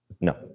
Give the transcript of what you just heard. No